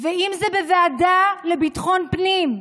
אם זה בוועדה לביטחון פנים,